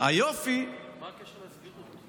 מה הקשר לסבירות?